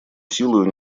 силой